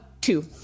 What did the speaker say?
Two